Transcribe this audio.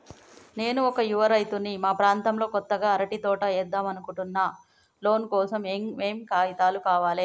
నేను ఒక యువ రైతుని మా ప్రాంతంలో కొత్తగా అరటి తోట ఏద్దం అనుకుంటున్నా లోన్ కోసం ఏం ఏం కాగితాలు కావాలే?